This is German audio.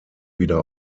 wieder